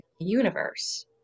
universe